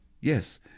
Yes